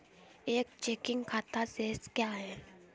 एक चेकिंग खाता शेष क्या है?